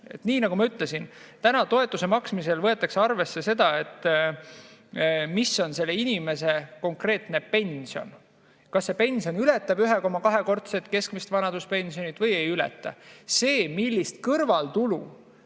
Nii nagu ma ütlesin, täna toetuse maksmisel võetakse arvesse seda, mis on selle inimese konkreetne pension, kas see pension ületab 1,2‑kordset keskmist vanaduspensioni või ei ületa. See, millist kõrvaltulu